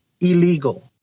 illegal